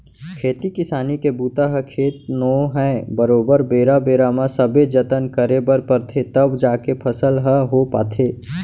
खेती किसानी के बूता ह खेत नो है बरोबर बेरा बेरा म सबे जतन करे बर परथे तव जाके फसल ह हो पाथे